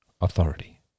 authority